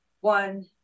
One